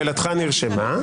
שאלתך נרשמה.